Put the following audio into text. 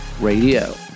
Radio